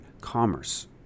commerce